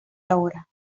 ahora